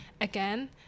again